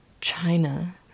China